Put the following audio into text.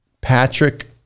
Patrick